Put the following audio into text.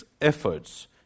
efforts